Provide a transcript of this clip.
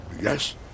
Yes